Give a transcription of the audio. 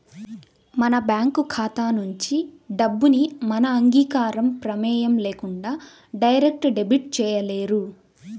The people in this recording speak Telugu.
మన బ్యేంకు ఖాతా నుంచి డబ్బుని మన అంగీకారం, ప్రమేయం లేకుండా డైరెక్ట్ డెబిట్ చేయలేరు